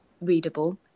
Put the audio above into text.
readable